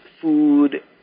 food